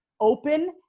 open